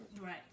Right